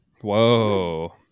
Whoa